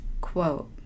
quote